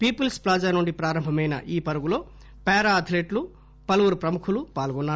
peoples plaza నుంచి ప్రారంభమైన ఈ పరుగులో పారా అథ్లెట్లు పలువురు ప్రముఖులు పాల్గొన్నారు